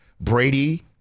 Brady